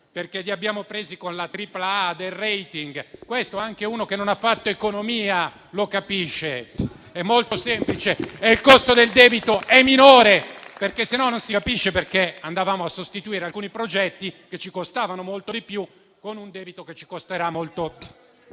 perché li abbiamo presi con la tripla A del *rating*; anche una persona che non ha fatto economia lo capisce, è molto semplice e il costo del debito è minore, altrimenti non si capisce perché andavamo a sostituire alcuni progetti che ci costavano molto di più con un debito che ci costerà molto di meno.